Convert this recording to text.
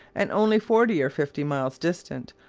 and only forty or fifty miles distant,